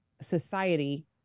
society